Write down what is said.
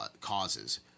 causes